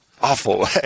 awful